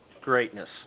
greatness